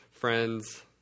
Friends